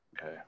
okay